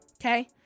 Okay